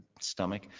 stomach